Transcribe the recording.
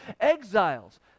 Exiles